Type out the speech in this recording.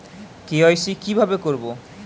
KYC কিভাবে করব?